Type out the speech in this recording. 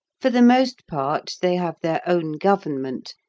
for the most part they have their own government,